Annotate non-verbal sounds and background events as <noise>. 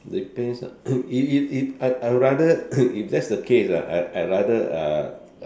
depends ah <coughs> if if if I I would rather <coughs> if that's the case ah I I rather uh